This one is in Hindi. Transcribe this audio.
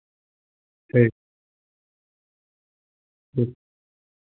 ठीक ठीक